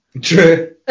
true